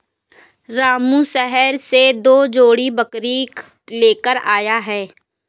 रामू शहर से दो जोड़ी बकरी लेकर आया है